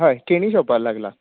हय केनी शोपार लागला